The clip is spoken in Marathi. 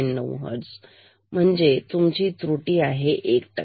9 हर्ट्सम्हणजे तुमची त्रुटी आहे एक टक्के